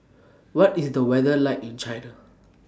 What IS The weather like in China